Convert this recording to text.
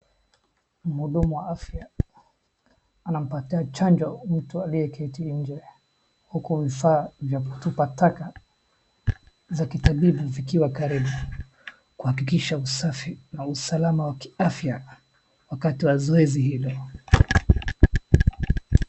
Mhudumu wa afya anampatia chanjo mtu aliyeketi nje huku vifaa vya kutupa taka za kitabibu vikiwa karibu kuhakikisha usafi na usalama wa kiafya wakati wa zoezi hilo.